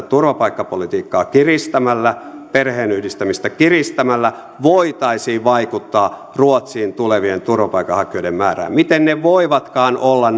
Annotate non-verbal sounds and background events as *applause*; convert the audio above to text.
*unintelligible* turvapaikkapolitiikkaa kiristämällä perheenyhdistämistä kiristämällä voitaisiin vaikuttaa ruotsiin tulevien turvapaikanhakijoiden määrään miten he voivatkaan olla *unintelligible*